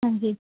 ਹਾਂਜੀ